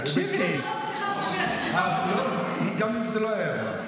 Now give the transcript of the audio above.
ירון, סליחה --- גם אם זה לא היה ירון.